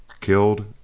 killed